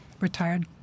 retired